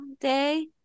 day